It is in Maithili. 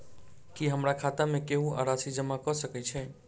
की हमरा खाता मे केहू आ राशि जमा कऽ सकय छई?